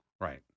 right